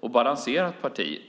och balanserat parti.